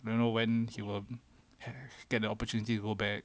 don't know when he will get the opportunity to go back